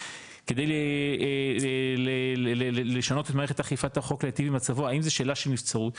כדי לשנות את מערכת אכיפת החוק להיטיב עם מצבו האם זו שאלה של נבצרות?